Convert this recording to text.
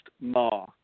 Ma